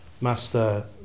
master